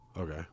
Okay